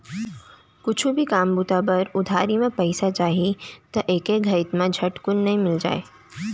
कुछु भी काम बूता बर उधारी म पइसा चाही त एके घइत म झटकुन नइ मिल जाय